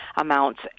amounts